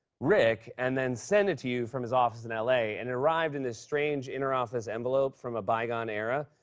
rick, and then send it to you from his office in l a, and it arrived in this strange inter-office envelope from a bygone era,